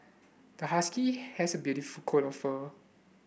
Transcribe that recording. the husky has a beautiful coat of fur